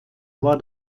war